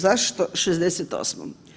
Zašto '68.